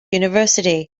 university